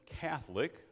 Catholic